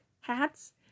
hats